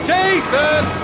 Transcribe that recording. Jason